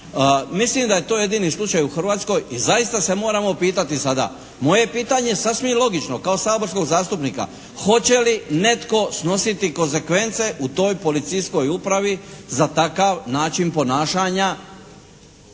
Mislim da je to jedini slučaj u Hrvatskoj i zaista se moramo pitati sada. Moje je pitanje sasvim logično kao saborskog zastupnika hoće li netko snositi konzekvence u toj policijskoj upravi za takav način ponašanja